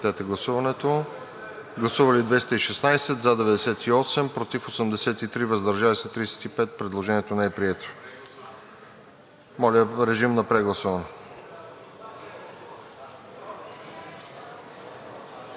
Предложението не е прието.